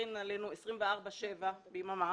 להקרין עלינו 24 שעות ביממה